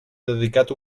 dedicat